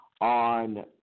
on